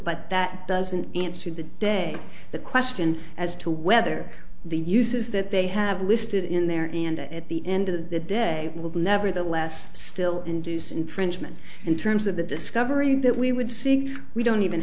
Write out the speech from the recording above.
but that doesn't answer the day the question as to whether the uses that they have listed in there and at the end of the day would nevertheless still induce infringement in terms of the discovery that we would see we don't even